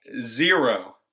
Zero